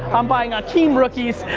i'm buying hakeem rookies,